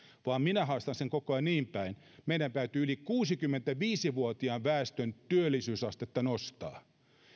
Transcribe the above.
vaan minä haastan sen koko ajan niinpäin että meidän täytyy yli kuusikymmentäviisi vuotiaan väestön työllisyysastetta nostaa